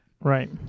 Right